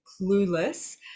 clueless